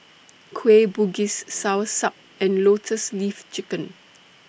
Kueh Bugis Soursop and Lotus Leaf Chicken